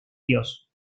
dios